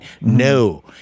No